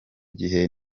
gihe